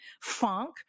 funk